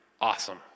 awesome